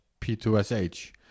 p2sh